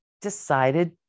decided